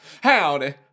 Howdy